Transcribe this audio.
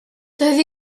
doedd